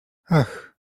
ach